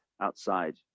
outside